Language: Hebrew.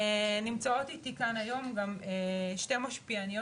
נמצאות איתי כאן היום שתי משפיעניות